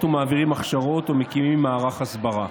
ומעבירים הכשרות ומקימים מערך הסברה.